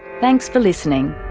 thanks for listening